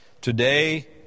Today